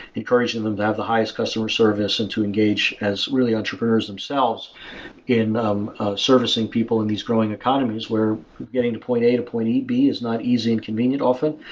encourage them them to have the highest customer service and to engage as really entrepreneurs themselves in um servicing people in these growing economies where getting to point a to point b is not easy and convenient often.